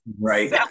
right